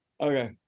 okay